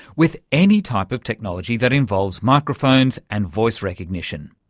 with any type of technology that involves microphones and voice recognition.